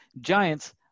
Giants